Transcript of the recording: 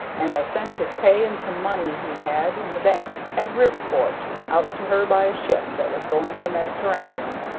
and they sent his pay and some money he had in the bank at riverport out to her by a ship that was going to the mediterranean.